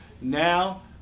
Now